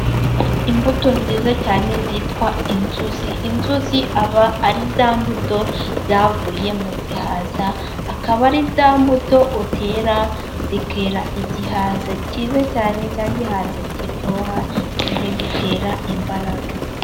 Imbuto nziza cyane zitwa inzuzi. Inzuzi aba ari za mbuto zavuye mu gihaza, akaba ari za mbuto utera zikera igihaza cyiza cyane. Cya gihaza kiryoha kimwe gitera imbaraga.